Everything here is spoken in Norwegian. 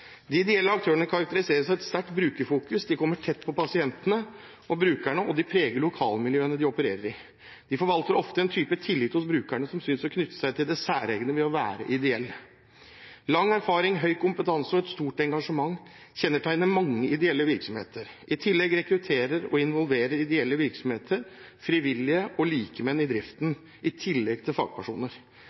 De ideelle aktørene karakteriseres av et sterkt brukerfokus, de kommer tett på pasientene og brukerne, og de preger lokalmiljøene de opererer i. De forvalter ofte en type tillit hos brukerne som synes å knytte seg til det særegne ved å være ideell. Lang erfaring, høy kompetanse og et stort engasjement kjennetegner mange ideelle virksomheter. I tillegg rekrutterer og involverer ideelle virksomheter frivillige og likemenn i driften, i tillegg til fagpersoner.